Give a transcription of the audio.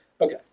Okay